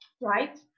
right